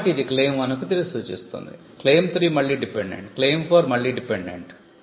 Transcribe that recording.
కాబట్టి ఇది క్లెయిమ్ 1 కు తిరిగి సూచిస్తుంది క్లెయిమ్ 3 మళ్ళీ డిపెండెంట్ క్లెయిమ్ 4 మళ్ళీ డిపెండెంట్